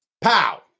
Pow